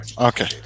Okay